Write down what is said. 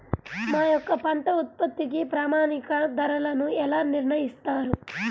మా యొక్క పంట ఉత్పత్తికి ప్రామాణిక ధరలను ఎలా నిర్ణయిస్తారు?